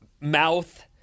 mouth